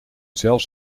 zelfs